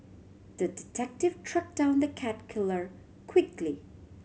the detective tracked down the cat killer quickly